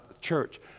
church